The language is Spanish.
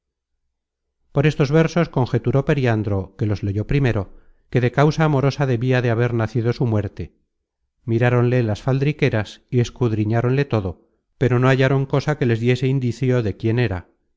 por estos versos conjeturó periandro que los leyó primero que de causa amorosa debia de haber nacido su muerte miráronle las faldriqueras y escudriñáronle todo pero no hallaron cosa que les diese indicio de quién era